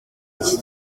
iki